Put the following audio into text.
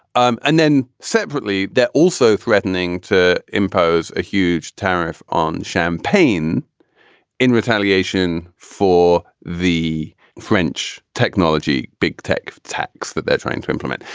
um and then separately, they're also threatening to impose a huge tariff on champagne in retaliation for the french technology. big tech tax that they're trying to implement.